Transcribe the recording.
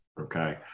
Okay